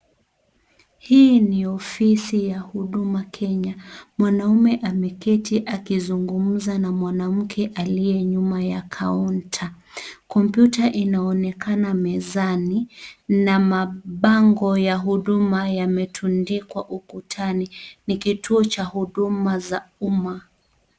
Hii ni ofisi ya huduma Kenya, mwanaume ameketi akizungumza na mwanamke, aliye nyuma ya kaunta. Kompyuta inaonekana mezani, na mapango ya huduma yametundikwa ukutani ni kituo cha huduma za umma.